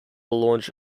launch